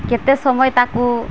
କେତେ ସମୟ ତାକୁ